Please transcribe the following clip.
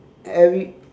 every